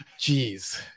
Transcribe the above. Jeez